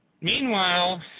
meanwhile